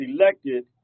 elected